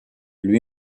lui